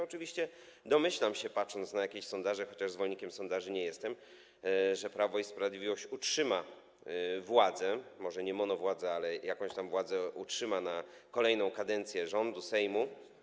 Oczywiście domyślam się, patrząc na sondaże, chociaż zwolennikiem sondaży nie jestem, że Prawo i Sprawiedliwość utrzyma władzę, może nie monowładzę, ale jakąś władzę utrzyma na kolejną kadencję rządu, Sejmu.